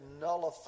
nullify